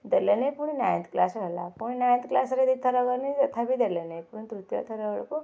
ଦେଲେନି ପୁଣି ninth class ହେଲା ପୁଣି ନାଇଁନ୍ଥ କ୍ଲାସ୍ରେ ଦୁଇଥର ଗଲି ତଥାପି ଦେଲେନି ପୁଣି ତୃତୀୟ ଥର ବେଳକୁ